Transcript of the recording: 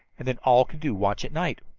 and then all could do watch at night.